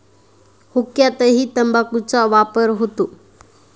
हुक्क्यातही तंबाखूचा वापर होतो